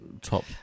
top